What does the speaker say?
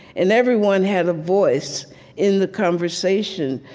and everyone had a voice in the conversation,